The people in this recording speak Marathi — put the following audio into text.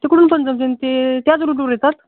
तिकडून पण जमते ते त्याच रूटवर येतात